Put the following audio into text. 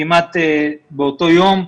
כמעט באותו יום,